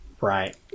Right